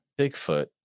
Bigfoot